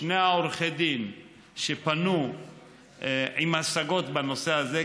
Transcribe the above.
שני עורכי הדין שפנו עם השגות בנושא הזה,